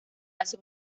hace